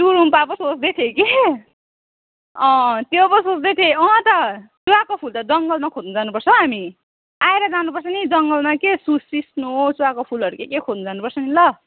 चुरूम्पा पो सोँच्दै थिएँ कि अँ त्यो पो सोँच्दै थिएँ अँ त चुवाको फुल त जङ्गलमा खोज्नु जानुपर्छ हो हामी आएर जानुपर्छ नि जङ्गलमा कि सिस्नु चुवाको फुलहरू के के खेज्नु जानुपर्छ नि ल